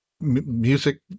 music